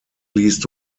least